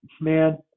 Man